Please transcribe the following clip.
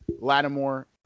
Lattimore